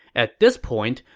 at this point,